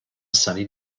sunny